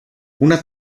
una